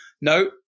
No